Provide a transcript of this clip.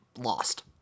lost